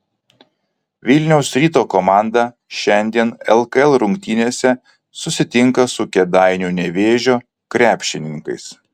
vilniaus ryto komanda šiandien lkl rungtynėse susitinka su kėdainių nevėžio krepšininkais